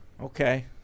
Okay